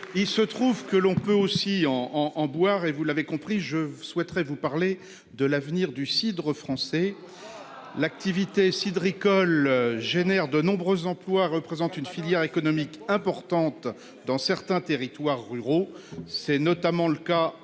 Il se trouve que l'on peut aussi en en en boire et vous l'avez compris, je souhaiterais vous parler de l'avenir du cidre français. L'activité cidricole génère de nombreux emplois représentent une filière économique importante dans certains territoires ruraux. C'est notamment le cas en Normandie